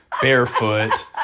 barefoot